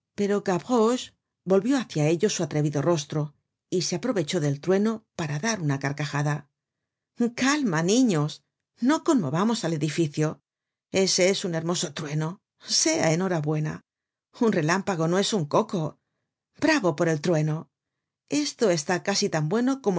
pero gavroche volvió hácia ellos su atrevido rostro y se aprovechó del trueno para dar una carcajada calma niños no conmovamos el edificio ese es un hermoso trueno sea enhorabuena un relámpago no es un coco bravo por el trueno esto está casi tan bueno